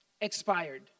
expired